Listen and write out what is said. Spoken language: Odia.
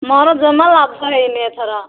ମୋର ଜମା ଲାଭ ହେଇନି ଏଥର